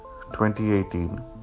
2018